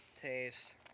taste